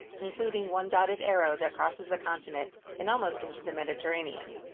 including one dotted arrow that crosses the continent and almost into the mediterranean.